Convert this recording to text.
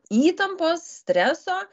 įtampos streso